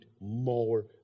more